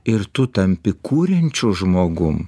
ir tu tampi kuriančiu žmogum